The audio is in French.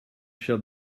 cher